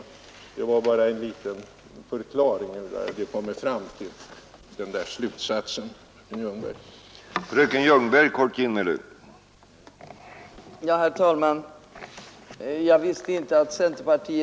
Detta var bara en liten förklaring till hur jag kommit fram till min slutsats, fröken Ljungberg.